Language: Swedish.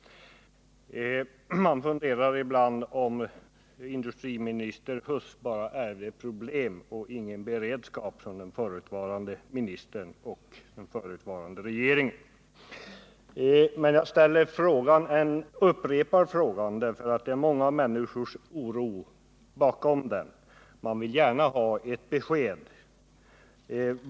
Man undrar ibland om industriminister Huss bara ärvde problem och ingen beredskap från den förutvarande ministern och regeringen. Men jag upprepar min fråga. Många människors oro står bakom den, och de vill gärna ha ett besked.